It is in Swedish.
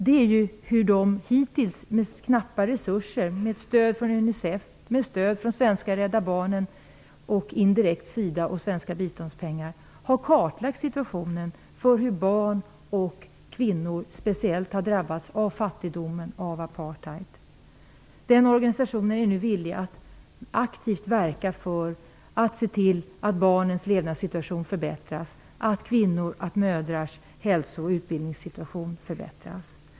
Hittills har man med knappa resurser, med stöd av UNICEF, svenska Rädda barnen och indirekt av SIDA och svenska biståndspengar, kartlagt hur speciellt barn och kvinnor har drabbats av fattigdom under apartheid. Denna organisation är nu beredd att aktivt verka för att barnens levnadssituation förbättras och att kvinnors hälso och utbildningssituation förbättras.